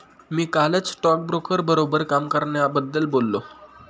मी कालच स्टॉकब्रोकर बरोबर काम करण्याबद्दल बोललो